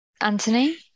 Anthony